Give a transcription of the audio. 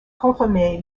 confirmé